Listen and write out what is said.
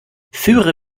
führe